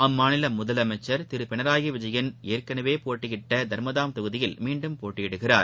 அம்மாநில முதலமைச்சர் திரு பினராயி விஜயன் ஏற்கனவே போட்டியிட்ட தர்மதாம் தொகுதியில் மீண்டும் போட்டியிடுகிறார்